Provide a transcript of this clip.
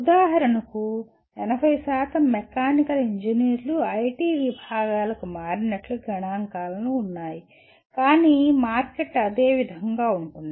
ఉదాహరణకు 80 మెకానికల్ ఇంజనీర్లు ఐటి విభాగాలకు మారినట్లు గణాంకాలను ఉన్నాయి కానీ మార్కెట్ అదే విధంగా ఉంటుంది